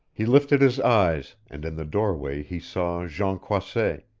he lifted his eyes, and in the doorway he saw jean croisset,